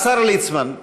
השר ליצמן,